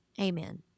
Amen